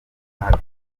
hato